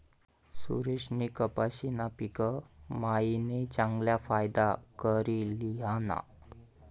सुरेशनी कपाशीना पिक मायीन चांगला फायदा करी ल्हिना